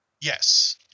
Yes